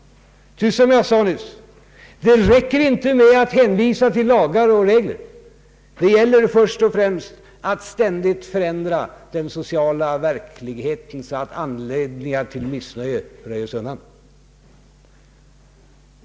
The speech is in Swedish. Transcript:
Ty, som jag sade nyss, det räcker inte med att hänvisa till lagar och regler, utan det gäller först och främst att ständigt förändra den sociala verkligheten så att anledningar till missnöje undanröjes.